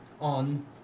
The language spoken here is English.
On